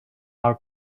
our